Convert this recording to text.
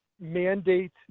mandate